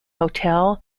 hotel